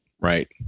Right